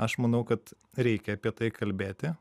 aš manau kad reikia apie tai kalbėti